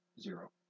Zero